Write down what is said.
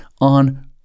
on